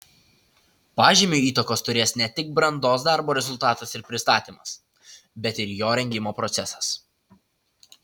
pažymiui įtakos turės ne tik brandos darbo rezultatas ir pristatymas bet ir jo rengimo procesas